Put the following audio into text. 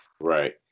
Right